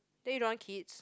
that you don't want kids